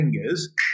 fingers